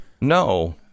No